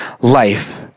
life